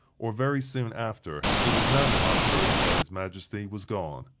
or very soon after, it was known at oxford that his majesty was gone,